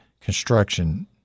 construction